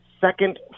second